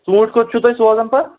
ژوٗنٛٹۍ کوٚت چھُو تُہۍ سوزان پتہٕ